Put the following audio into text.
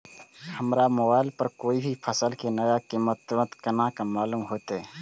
हमरा मोबाइल पर कोई भी फसल के नया कीमत तुरंत केना मालूम होते?